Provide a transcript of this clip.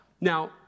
Now